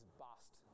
bust